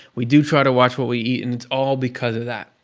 we do try to watch what we eat, and it's all because of that.